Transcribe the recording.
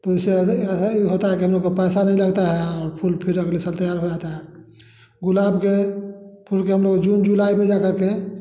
फूल से अधिक अधिक होता है कि हम लोग का पैसा नहीं लगता है हाँ फूल फिर अगले साल तैयार हो जाता है गुलाब के फूल के हम लोग जून जुलाई में जा कर के